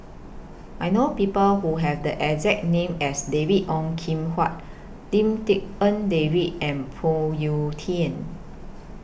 I know People Who Have The exact name as David Ong Kim Huat Lim Tik En David and Phoon Yew Tien